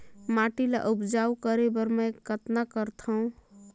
माटी ल उपजाऊ करे बर मै कतना करथव?